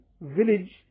village